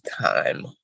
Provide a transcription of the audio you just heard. time